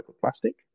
plastic